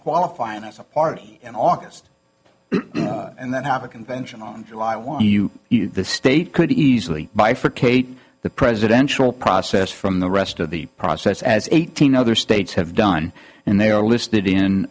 qualifying as a party in august and then have a convention on july one you use the state could easily bifurcate the presidential process from the rest of the process as eighteen other states have done and they are listed in